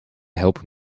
helpen